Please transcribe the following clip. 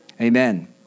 amen